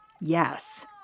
yes